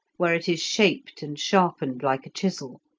where it is shaped and sharpened like a chisel,